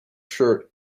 shirt